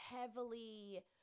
heavily